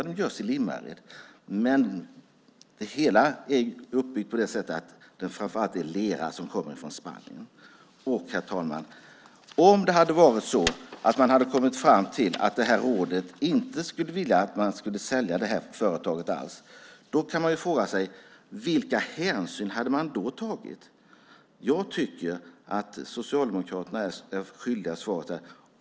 De görs i Limmared, men det hela är uppbyggt på det sättet att det framför allt är leran som kommer från Spanien. Herr talman! Om rådet hade kommit fram till att man inte alls skulle sälja det här företaget kan man fråga sig: Vilka hänsyn hade man då tagit? Jag tycker att Socialdemokraterna är svaret skyldiga här.